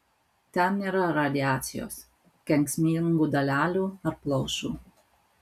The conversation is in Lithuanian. ten nėra radiacijos kenksmingų dalelių ar plaušų